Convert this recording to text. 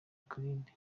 ikurinde